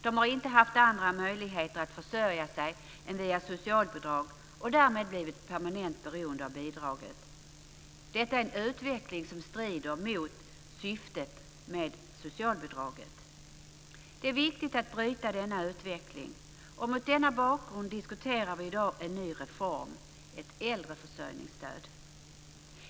De har inte haft andra möjligheter att försörja sig än via socialbidrag och har därmed blivit permanent beroende av bidraget. Detta är en utveckling som strider mot syftet med socialbidraget. Det är viktigt att bryta denna utveckling, och mot denna bakgrund diskuterar vi i dag en ny reform: ett äldreförsörjningsstöd.